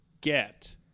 get